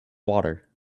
water